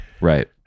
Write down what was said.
Right